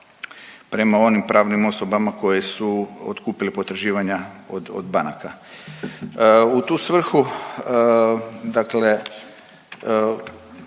prema onim pravnim osobama koje su otkupili potraživanja od banaka. U tu svrhu, dakle